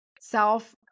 self